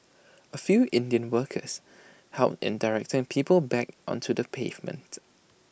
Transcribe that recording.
A few Indian workers helped in directing people back onto the pavement